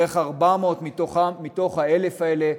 בערך 400 מתוך ה-1,000 האלה,